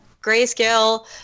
grayscale